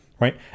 right